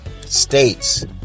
states